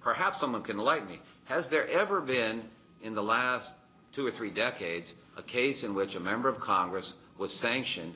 perhaps someone can light me has there ever been in the last two or three decades a case in which a member of congress was sanction